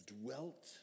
dwelt